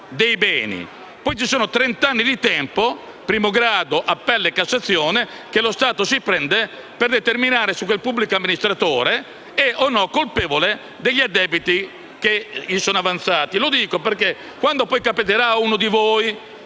poi vi sono trent'anni di tempo (primo grado, appello e Cassazione) che lo Stato prende per determinare se quel pubblico amministratore è o no colpevole degli addebiti che sono stati avanzati